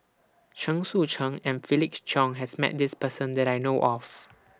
Chen Sucheng and Felix Cheong has Met This Person that I know of